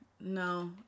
No